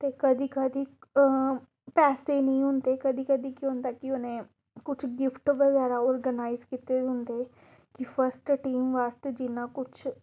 ते कदें कदें पैसे नेईं होंदे कदें कदें केह् होंदा कि उ'नें कुछ गिफ्ट बगैरा आर्गेनाइज कीते दे होंदे कि फस्ट टीम आस्तै जियां कुछ